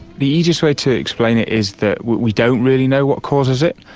the easiest way to explain it is that we don't really know what causes it,